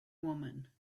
woman